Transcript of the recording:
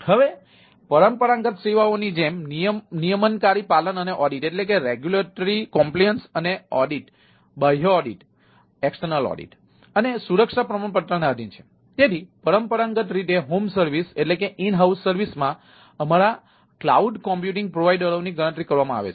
હવે પરંપરાગત સેવાઓ ની જેમ નિયમનકારી પાલન અને ઓડિટ પ્રોવાઇડરઓની ગણતરી કરવામાં આવે છે